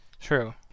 True